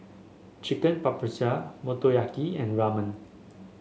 Chicken Paprikas Motoyaki and Ramen